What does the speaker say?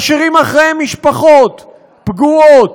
משאירים אחריהם משפחות פגועות,